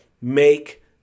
make